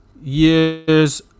years